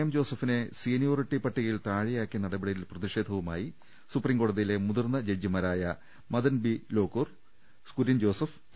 M ജോസഫിനെ seniority പട്ടിക യിൽ താഴെയാക്കിയ നടപടിയിൽ പ്രതിഷേധവുമായി സുപ്രീംകോടതിയിലെ മുതിർന്ന ജഡ്ജിമാരായ മദൻ ബി ലോക്കൂർ കുര്യൻ ജോസഫ് എ